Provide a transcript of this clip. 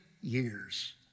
years